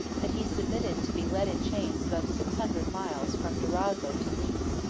that he submitted to be led in chains above six hundred miles from durazzo to nice.